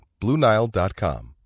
BlueNile.com